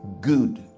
good